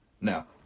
Now